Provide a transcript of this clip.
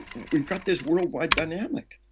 we've got this worldwide dynamic,